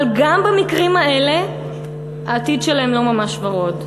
אבל גם במקרים האלה העתיד שלהם לא ממש ורוד.